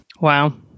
wow